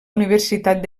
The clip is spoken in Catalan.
universitat